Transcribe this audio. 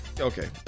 okay